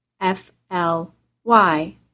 F-L-Y